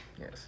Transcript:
Yes